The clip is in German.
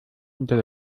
unter